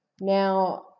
Now